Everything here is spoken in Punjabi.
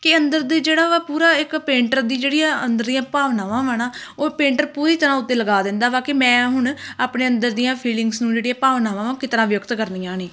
ਕਿ ਅੰਦਰ ਦੇ ਜਿਹੜਾ ਵਾ ਪੂਰਾ ਇੱਕ ਪੇਂਟਰ ਦੀ ਜਿਹੜੀ ਆ ਅੰਦਰਲੀਆਂ ਭਾਵਨਾਵਾਂ ਵਾ ਨਾ ਉਹ ਪੇਂਟਰ ਪੂਰੀ ਤਰ੍ਹਾਂ ਉਹ 'ਤੇ ਲਗਾ ਦਿੰਦਾ ਵਾ ਕਿ ਮੈਂ ਹੁਣ ਆਪਣੇ ਅੰਦਰ ਦੀਆਂ ਫੀਲਿੰਗਸ ਨੂੰ ਜਿਹੜੀਆਂ ਭਾਵਨਾਵਾਂ ਉਹ ਕਿਸ ਤਰ੍ਹਾਂ ਵਿਅਕਤ ਕਰਨੀਆਂ ਨੇ